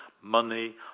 money